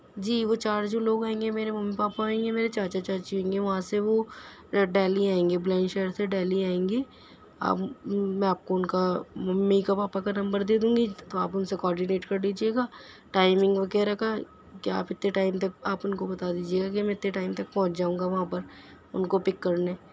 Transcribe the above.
جی وہ چار جو لوگ آئیں گے میرے ممی پاپا آئیں گے میرے چاچا چاچی آئیں گے وہاں سے وہ ڈیہلی آئیں گے بلند شہر سے ڈیہلی آئیں گے آپ میں ان کا ممی کا پاپا کا نمبر دے دوں گی تو آپ ان سے کوارڈینیٹ کر لیجئے گا ٹائمنگ وغیرہ کا کہ آپ آتے ٹائم تک آپ ان کو بتا دیجئے گا کہ میں آتے ٹائم تک پہنچ جاؤنگا وہاں پر ان کو پک کرنے